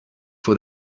for